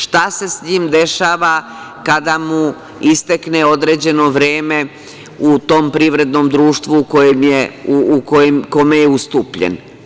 Šta se sa njim dešava kada mu istekne određeno vreme u tom privrednom društvu kome je ustupljen?